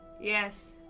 Yes